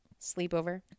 sleepover